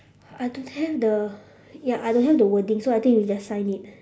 I don't have the ya I don't have the wording so I think we just sign it